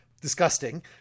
disgusting